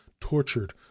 tortured